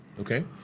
Okay